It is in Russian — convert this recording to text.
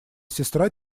сестра